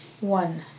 one